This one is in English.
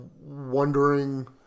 Wondering